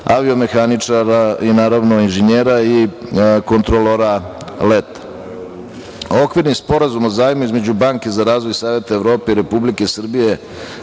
aviomehaničara i naravno, inženjera i kontrolora leta. Okvirni Sporazum o zajmu između Banke za razvoj Saveta Evrope i Republike Srbije